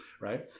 right